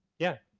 yeah.